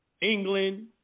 England